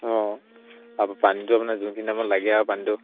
অঁ পানীটো আপোনাৰ যোন লাগে আৰু পানীটো